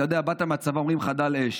אתה יודע, באת מהצבא, אומרים "חדל אש".